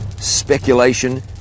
speculation